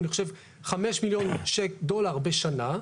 אני חושב 5 מיליון דולר בשנה,